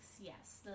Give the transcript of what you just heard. yes